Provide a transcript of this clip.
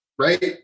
Right